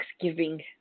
Thanksgiving